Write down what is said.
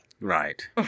Right